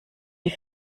die